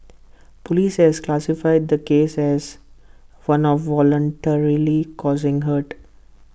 Police have classified the case as one of voluntarily causing hurt